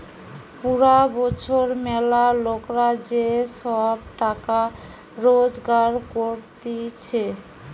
পুরা বছর ম্যালা লোকরা যে সব টাকা রোজগার করতিছে